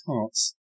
hearts